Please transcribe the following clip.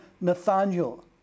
Nathaniel